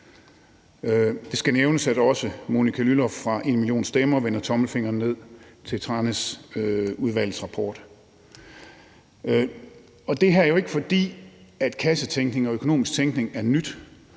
Det skal også nævnes, at Monica Lylloff fra #enmillionstemmer vender tommelfingeren nedad til Tranæsudvalgets rapport. Og det er jo ikke, fordi kassetænkning og økonomisk tænkning er nyt.